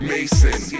Mason